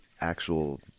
actual